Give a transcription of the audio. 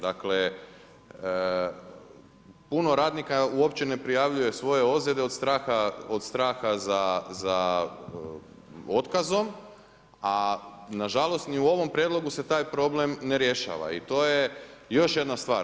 Dakle, puno radnika uopće ne prijavljuje svoje ozljede od straha za otkazom, a nažalost ni u ovom prijedlogu se taj problem ne rješava i to je još jedna stvar.